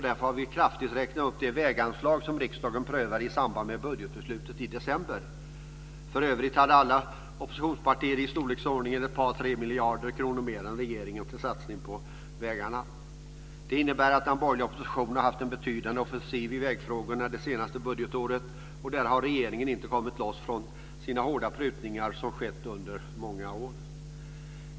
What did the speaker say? Därför har vi kraftigt räknat upp det väganslag som riksdagen prövade i samband med budgetbeslutet i december. För övrigt hade alla oppositionspartier i storleksordningen ett par tre miljarder kronor mer än regeringen för satsning på vägarna. Det innebär att den borgerliga oppositionen haft en betydande offensiv i vägfrågorna det senaste budgetåret, medan regeringen inte har kommit loss från sina hårda prutningar som skett under många år.